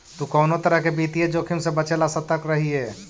तु कउनो तरह के वित्तीय जोखिम से बचे ला सतर्क रहिये